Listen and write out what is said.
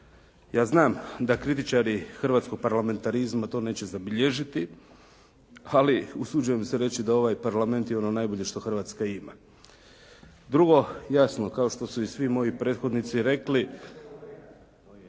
Ja znam da kritičari hrvatskog parlamentarizma to neće zabilježiti, ali usuđujem se reći da ovaj Parlament je ono najbolje što Hrvatska ima. Drugo, jasno kao što su i svi moji prethodnici rekli,